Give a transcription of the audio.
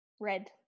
red